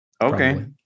Okay